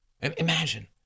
Imagine